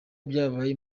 byabaye